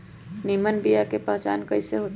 निमन बीया के पहचान कईसे होतई?